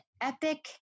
epic